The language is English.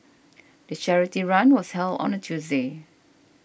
the charity run was held on a Tuesday